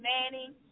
Manning